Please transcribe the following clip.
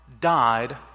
died